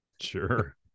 Sure